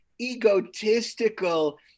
egotistical